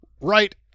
right